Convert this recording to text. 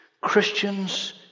Christians